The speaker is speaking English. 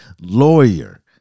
lawyer